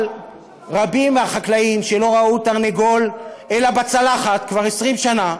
אבל רבים מהחקלאים שלא ראו תרנגול אלא בצלחת כבר 20 שנה,